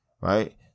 right